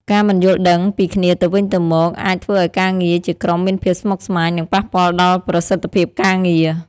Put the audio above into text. ការមិនយល់ដឹងពីគ្នាទៅវិញទៅមកអាចធ្វើឱ្យការងារជាក្រុមមានភាពស្មុគស្មាញ និងប៉ះពាល់ដល់ប្រសិទ្ធភាពការងារ។